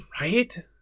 Right